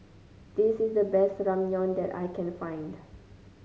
this is the best Ramyeon that I can find